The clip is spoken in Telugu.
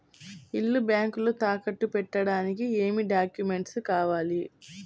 ఇల్లు బ్యాంకులో తాకట్టు పెట్టడానికి ఏమి డాక్యూమెంట్స్ కావాలి?